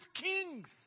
kings